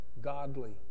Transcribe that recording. godly